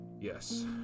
Yes